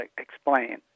explain